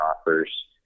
offers